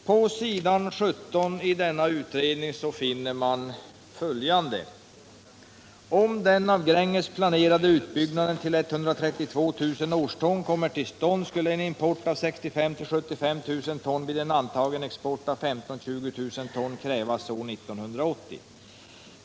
På s. 17 i denna utredning finner man följande: ”Om den av Gränges planerade utbyggnaden till 132 000 årston kommer till stånd, skulle en import av 65 000-75 000 ton vid en antagen export av 15 000-20 000 ton krävas år 1980.